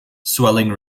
swelling